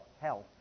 Health